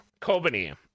Kobani